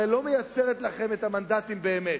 הרי לא מייצרת לכם את המנדטים באמת,